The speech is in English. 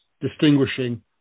distinguishing